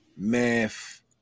Math